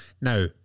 Now